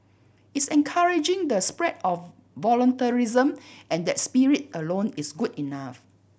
it's encouraging the spread of voluntarism and that spirit alone is good enough